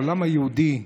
העולם היהודי,